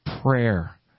prayer